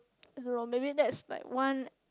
I don't know maybe that's like one